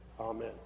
Amen